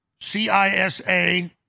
CISA